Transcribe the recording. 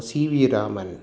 C V Raman